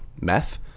meth